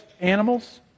animals